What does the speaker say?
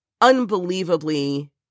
unbelievably